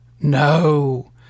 No